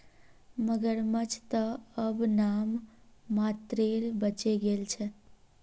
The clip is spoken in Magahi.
मगरमच्छ त अब नाम मात्रेर बचे गेल छ